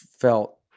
felt